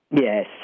Yes